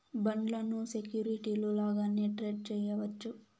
బాండ్లను సెక్యూరిటీలు లాగానే ట్రేడ్ చేయవచ్చు